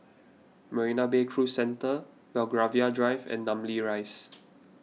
Marina Bay Cruise Centre Belgravia Drive and Namly Rise